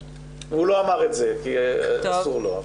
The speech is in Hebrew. והוא לא אמר את זה כי אסור לו,